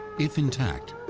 if intact,